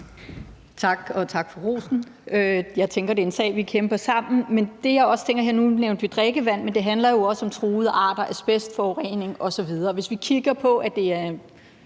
(ALT): Tak for rosen. Jeg tænker, det er en sag, vi kæmper sammen. Nu blev drikkevand nævnt, men det handler jo også om truede arter, asbestforurening osv. Hvis vi kigger på, at det er